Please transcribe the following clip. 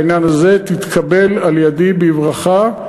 בעניין הזה תתקבל על-ידי בברכה,